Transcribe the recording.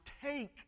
take